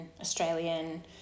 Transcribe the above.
australian